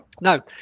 Now